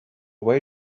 way